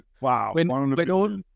Wow